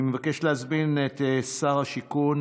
חבר הכנסת ארבל, בבקשה.